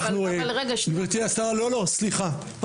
סליחה,